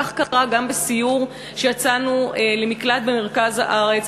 כך קרה גם בסיור במקלט במרכז הארץ,